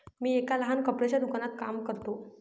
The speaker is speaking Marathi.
मी एका लहान कपड्याच्या दुकानात काम करतो